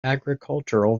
agricultural